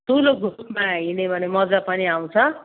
ठुलो ग्रुपमा हिड्यो भने मज्जा पनि आउँछ